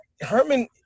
Herman –